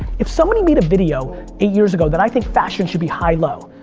if somebody made a video eight years ago that i think fashion should be high-low,